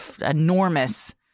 enormous